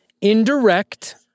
Indirect